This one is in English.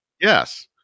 Yes